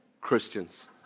Christians